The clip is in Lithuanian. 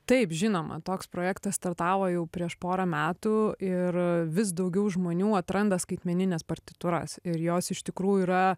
taip žinoma toks projektas startavo jau prieš porą metų ir vis daugiau žmonių atranda skaitmenines partitūras ir jos iš tikrųjų yra